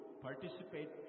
participate